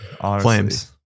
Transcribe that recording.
Flames